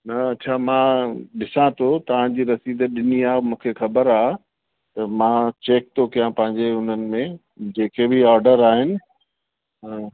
न अच्छा मां ॾिसां थो तव्हांजी रसीद ॾिनी आहे मूंखे ख़बर आहे त मां चेक थो कयां पंहिंजे हुननि में जेके बि ऑडर आहिनि हा